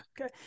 Okay